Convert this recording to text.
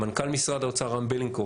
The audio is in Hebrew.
מנכ"ל משרד האוצר רם בלינקוב,